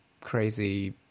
crazy